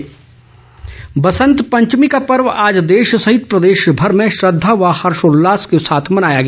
बसंत पंचमी बसंत पंचमी का पर्व आज देश सहित प्रदेशभर में श्रद्धा व हर्षोल्लास के साथ मनाया गया